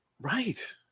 Right